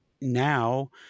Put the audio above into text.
now